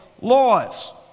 laws